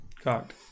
Cocked